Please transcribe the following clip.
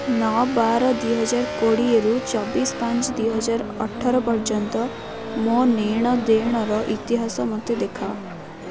ନଅ ବାର ଦୁଇହଜାର କୋଡ଼ିଏରୁ ଚବିଶି ପାଞ୍ଚ ଦୁଇହଜାର ଅଠର ପର୍ଯ୍ୟନ୍ତ ମୋ ନେଣ ଦେଣର ଇତିହାସ ମୋତେ ଦେଖାଅ